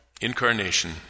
incarnation